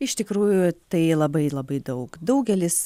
iš tikrųjų tai labai labai daug daugelis